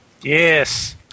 Yes